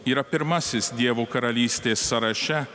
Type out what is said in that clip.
yra pirmasis dievo karalystės sąraše